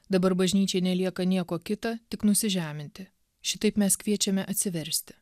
dabar bažnyčiai nelieka nieko kita tik nusižeminti šitaip mes kviečiame atsiversti